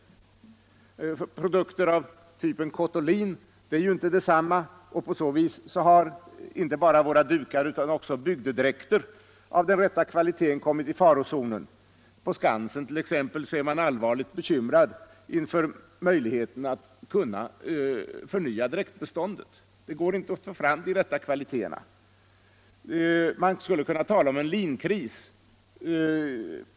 Produkter av typen cottolin är ju inte detsamma. Härigenom har inte bara våra dukar utan också bygdedräkter av den rätta kvaliteten kommit i farozonen. På Skansen är man t.ex. allvarligt bekymrad när det gäller möjligheten att förnya dräktbeståndet. Det går inte att få fram de absolut rätta kvaliteterna som det måste vara på ett sådant ställe. Man skulle kunna tala om en linkris.